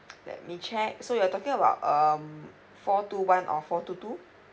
let me check so you are talking about um four two one or four two two